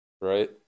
right